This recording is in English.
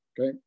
Okay